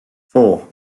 four